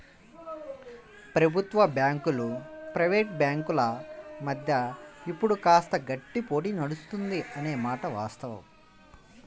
ప్రభుత్వ బ్యాంకులు ప్రైవేట్ బ్యాంకుల మధ్య ఇప్పుడు కాస్త గట్టి పోటీ నడుస్తుంది అనే మాట వాస్తవం